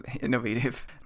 innovative